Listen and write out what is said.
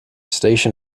station